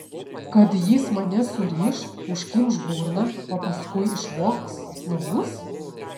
kad jis mane suriš užkimš burną o paskui išvogs namus